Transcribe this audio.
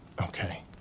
Okay